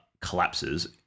collapses